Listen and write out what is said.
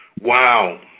Wow